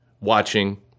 watching